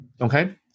Okay